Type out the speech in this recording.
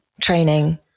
training